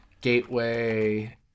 Gateway